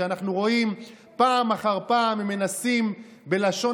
כשאנחנו רואים פעם אחר פעם שמנסים בלשון